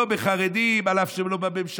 לא בחרדים, אף שהם לא בממשלה.